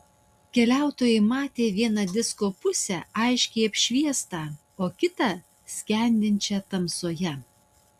keliautojai matė vieną disko pusę aiškiai apšviestą o kitą skendinčią tamsoje